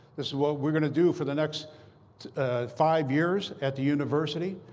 this is what we're going to do for the next five years at the university.